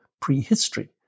prehistory